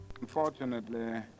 Unfortunately